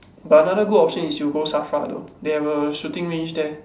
but another good option is you go SAFRA though they have a shooting range there